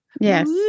Yes